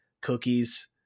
cookies